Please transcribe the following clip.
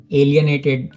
alienated